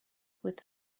with